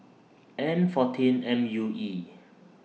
N fourteen M U E